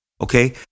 okay